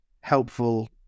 helpful